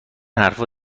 حرفا